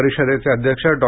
परिषदेचे अध्यक्ष डॉ